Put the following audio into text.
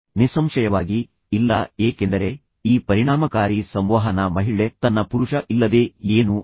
ನಿಸ್ಸಂಶಯವಾಗಿ ಇಲ್ಲ ಏಕೆಂದರೆ ಈ ಪರಿಣಾಮಕಾರಿ ಸಂವಹನ ಮಹಿಳೆ ತನ್ನ ಪುರುಷ ಇಲ್ಲದೆ ಏನೂ ಅಲ್ಲ